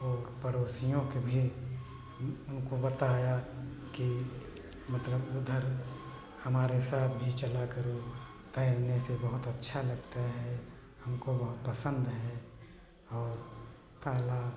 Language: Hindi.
और पड़ोसियों के भी उनको बताया कि मतलब उधर हमारे साथ भी चला करो तैरने से बहुत अच्छा लगता है हमको बहुत पसंद है और तालाब